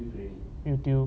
youtube